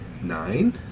Nine